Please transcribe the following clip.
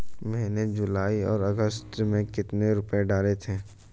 मैंने जुलाई और अगस्त में कितने रुपये डाले थे?